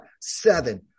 Seven